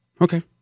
Okay